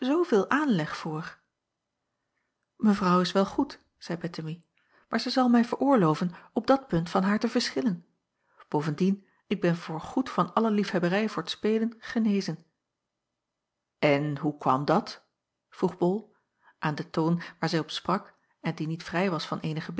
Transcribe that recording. zooveel aanleg voor mevrouw is wel goed zeî bettemie maar zij zal mij veroorloven op dat punt van haar te verschillen bovendien ik ben voorgoed van alle liefhebberij voor t spelen genezen en hoe kwam dat vroeg bol aan den toon waar zij op sprak en die niet vrij was van eenige